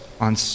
on